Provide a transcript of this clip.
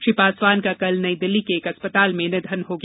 श्री पासवान का कल नई दिल्ली के अस्पताल में निधन हो गया